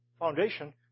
foundation